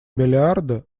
миллиарда